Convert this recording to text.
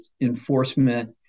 enforcement